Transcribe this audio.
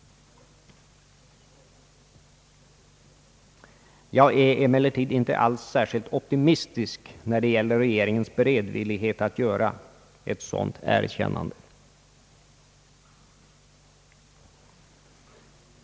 Jag är emellertid inte alls särskilt optimistisk när det gäller regeringens beredvillighet att göra ett erkännande av det faktiska förhållandet.